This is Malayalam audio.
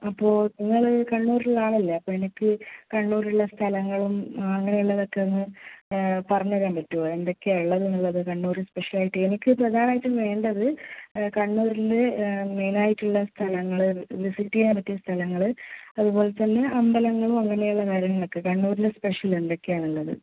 അപ്പോൾ നിങ്ങൾ കണ്ണൂരുള്ള ആളല്ലേ അപ്പം എനിക്ക് കണ്ണൂരുള്ള സ്ഥലങ്ങളും അങ്ങനെയുള്ളതൊക്കെ ഒന്ന് പറഞ്ഞ് തരാൻ പറ്റുമോ എന്തൊക്കെയാണ് ഉള്ളതെന്നുള്ളത് കണ്ണൂർ സ്പെഷ്യൽ ആയിട്ട് എനിക്ക് പ്രധാനമായിട്ടും വേണ്ടത് കണ്ണൂരിൽ മെയിൻ ആയിട്ടുള്ള സ്ഥലങ്ങൾ വിസിറ്റ് ചെയ്യാൻ പറ്റിയ സ്ഥലങ്ങൾ അതുപോലെ തന്നെ അമ്പലങ്ങളും അങ്ങനെയുള്ള കാര്യങ്ങളൊക്കെ കണ്ണൂരിലെ സ്പെഷ്യൽ എന്തൊക്കെയാണ് ഉള്ളത്